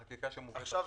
החקיקה הזאת.